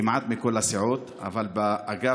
כמעט מכל הסיעות, אבל באגף